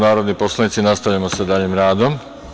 narodni poslanici, nastavljamo sa daljim radom.